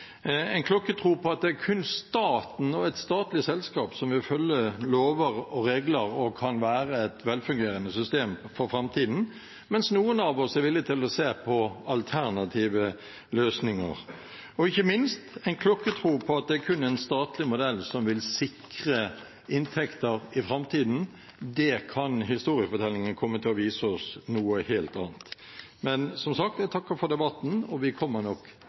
på at det kun er staten og et statlig selskap som vil følge lover og regler og kan være et velfungerende system for framtiden, mens noen av oss er villig til å se på alternative løsninger. Og ikke minst er det noen som har klokkertro på at det er kun en statlig modell som vil sikre inntekter i framtiden. Der kan historiefortellingen komme til å vise oss noe helt annet. Men som sagt, jeg takker for debatten. Vi kommer nok